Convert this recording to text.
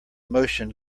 motion